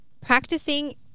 practicing